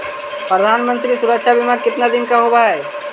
प्रधानमंत्री मंत्री सुरक्षा बिमा कितना दिन का होबय है?